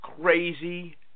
crazy